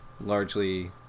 largely